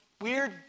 weird